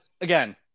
again